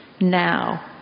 now